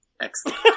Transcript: Excellent